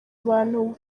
abantu